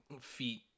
feet